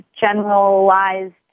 generalized